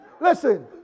Listen